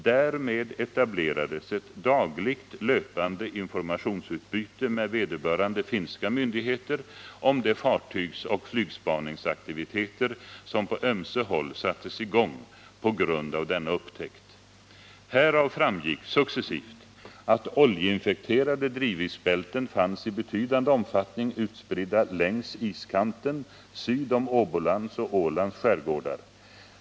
Därmed etablerades ett dagligt löpande informationsutbyte med vederbörande finska myndigheter om de fartygsoch flygspaningsaktiviteter som på ömse håll sattes i gång på grund av denna upptäckt. Härav framgick successivt att oljeinfekterade drivisbälten fanns i betydande omfattning utspridda längs iskanten syd om Åbolands och Ålands skärgårdar.